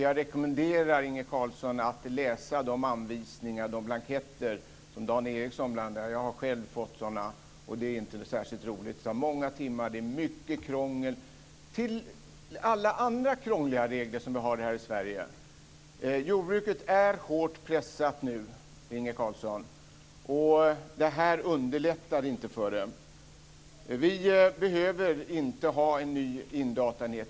Jag rekommenderar Inge Carlsson att läsa de blanketter och anvisningar som Dan Ericsson har tillgängliga. Jag har själv fått sådana, och de är mycket krångliga och tar många timmar att fylla i. Detta skall läggas till alla de andra krångliga regler som vi har här i Sverige. Jordbruket är nu hårt pressat, Inge Carlsson, och det här gör inte läget lättare för det. Vi behöver inte ha en ny indataenhet.